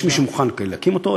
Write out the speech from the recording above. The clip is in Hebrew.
יש מי שמוכן להקים אותו,